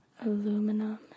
aluminum